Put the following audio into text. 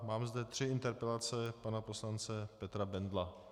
Mám zde tři interpelace pana poslance Petra Bendla.